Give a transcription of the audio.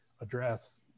address